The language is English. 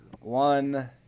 one